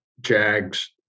JAGS